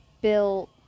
Bill